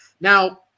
now